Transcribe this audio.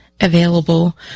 available